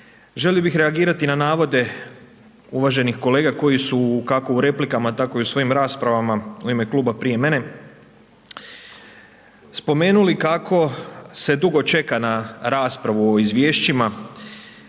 želio bi reagirati na navode uvaženih kolega koji su, kako u replikama, tako i u svojim raspravama u ime Kluba prije mene, spomenuli kako se dugo čeka na raspravu o Izvješćima